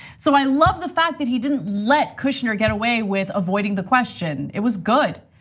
so i love the fact that he didn't let kushner get away with avoiding the question. it was good.